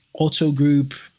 Autogroup